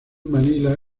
manila